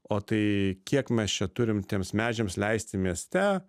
o tai kiek mes čia turim tiems medžiams leisti mieste